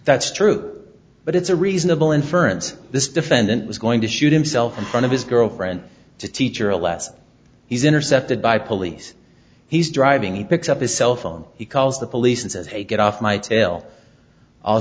that's true but it's a reasonable inference this defendant was going to shoot himself in front of his girlfriend to teach her a lesson he's intercepted by police he's driving he picks up his cell phone he calls the police and says hey get off my tail i'll